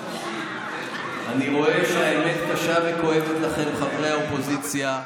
אני רואה שהאמת קשה וכואבת לכם, חברי האופוזיציה,